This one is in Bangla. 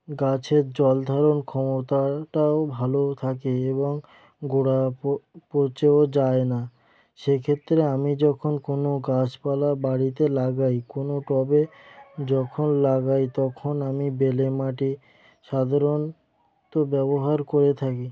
গাছের জল ধারণ ক্ষমতাটাও ভালো থাকে এবং গোড়া পচেও যায় না সেক্ষেত্রে আমি যখন কোনো গাছপালা বাড়িতে লাগাই কোনো টবে যখন লাগাই তখন আমি বেলে মাটি সাধারণত ব্যবহার করে থাকি